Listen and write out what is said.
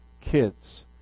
kids